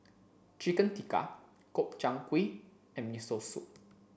Chicken Tikka Gobchang Gui and Miso Soup